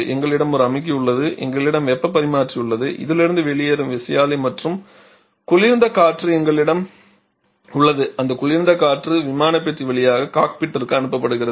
எங்களிடம் ஒரு அமுக்கி உள்ளது எங்களிடம் வெப்பப் பரிமாற்றி உள்ளது இதிலிருந்து வெளியேறும் விசையாழி மற்றும் குளிர்ந்த காற்று எங்களிடம் உள்ளது அந்த குளிர் காற்று விமானப் பெட்டி வழியாக காக்பிட்டிற்கு அனுப்பப்படுகிறது